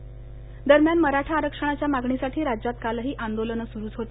मराठा आंदोलनः दरम्यान मराठा आरक्षणाच्या मागणीसाठी राज्यात कालही आंदोलनं सुरूच होती